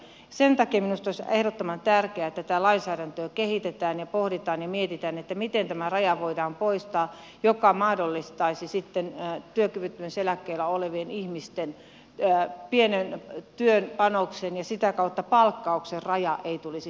sen takia minusta olisi ehdottoman tärkeää että tätä lainsäädäntöä kehitetään ja pohditaan ja mietitään miten tämä raja voidaan poistaa mikä mahdollistaisi sitten työkyvyttömyyseläkkeellä olevien ihmisten pienen työpanoksen ja sitä kautta palkkauksen raja ei tulisi